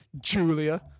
Julia